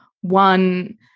one